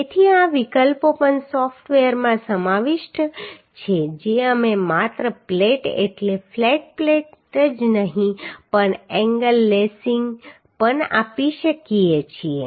તેથી આ વિકલ્પો પણ સૉફ્ટવેરમાં સમાવિષ્ટ છે જે અમે માત્ર પ્લેટ એટલે ફ્લેટ પ્લેટ જ નહીં પણ એન્ગલ લેસિંગ પણ આપી શકીએ છીએ